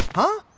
huh?